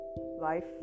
Life